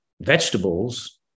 vegetables